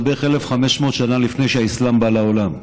זה בערך 1,500 שנה לפני שהאסלאם בא לעולם,